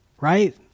right